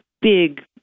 big